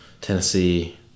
Tennessee